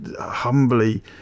humbly